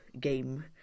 game